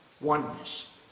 oneness